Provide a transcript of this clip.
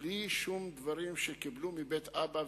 בלי שום דברים שקיבל מבית אבא.